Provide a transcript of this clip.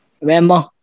remember